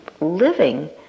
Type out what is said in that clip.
living